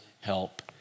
help